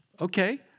Okay